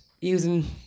using